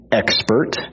expert